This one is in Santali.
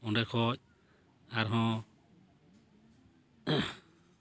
ᱚᱸᱰᱮ ᱠᱷᱚᱡ ᱟᱨᱦᱚᱸ